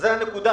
הנקודה